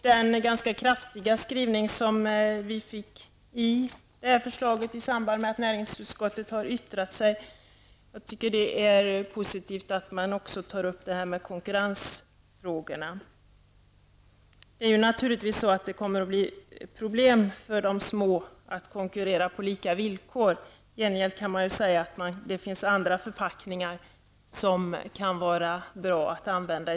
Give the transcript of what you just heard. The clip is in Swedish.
Näringsutskottet har i samband med sitt yttrande avgivit en kraftfull skrivning. Jag tycker att det är positivt att även konkurrensfrågorna tas upp. Det kommer naturligtvis att bli problem för de små bryggerierna att konkurrera på lika villkor. I gengäld kan man ju säga att det finns andra förpackningar som kan vara bra att använda.